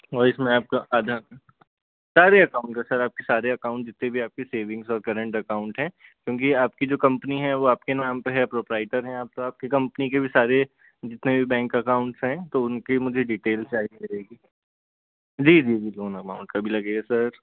और इसमें आपका आधार सारे अकाउंट सर आपके सारे अकाउंट जितने भी आपकी सेविंग और करेंट अकाउंट हैं क्योंकि आपकी जो कंपनी है वो आपके नाम पे है प्रोपराइटर हैं आप तो आपकी कंपनी के भी सारे जितने भी बैंक अकाउंट्स हैं तो उनकी मुझे डिटेल्स चाहिए रहेगी जी जी जी दोनों एमाउंट का भी लगेगा सर